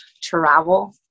travel